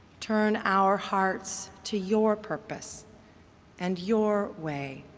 turn our hearts to your purpose and your way,